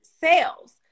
sales